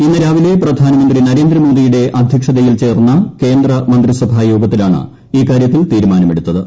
ഇന്ന് രാവിലെ പ്രധാനമന്ത്രി നരേന്ദ്രമോദിയുടെ അദ്ധ്യ ക്ഷതയിൽ ചേർന്ന കേന്ദ്രമന്ത്രിസഭായോഗത്തിലാണ് ഇക്കാര്യത്തിൽ തീരു മാനം എടുത്തത്